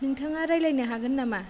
नोंथाङा रायज्लायनो हागोन नामा